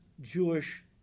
Jewish